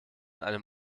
einem